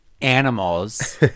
animals